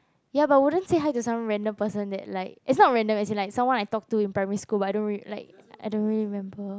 ya but wouldn't say hi to some random person that like it's not random it's like someone I talked to in primary school but I don't really like I don't really remember